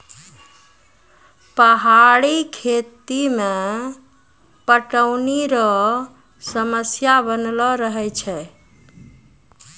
पहाड़ी खेती मे पटौनी रो समस्या बनलो रहै छै